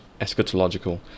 eschatological